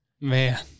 man